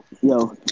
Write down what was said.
Yo